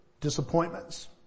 disappointments